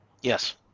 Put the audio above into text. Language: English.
Yes